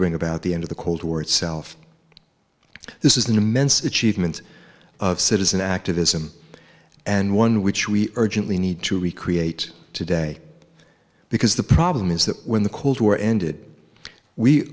bring about the end of the cold war itself this is an immense achievement of citizen activism and one which we urgently need to recreate today because the problem is that when the cold war ended we